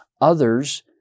others